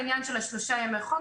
העניין של שלושה ימי חום,